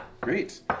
great